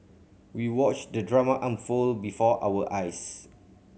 we watched the drama unfold before our eyes